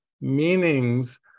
meanings